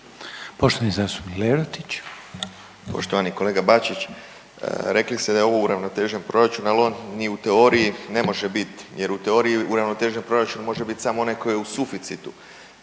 poštovani Marin Lerotić.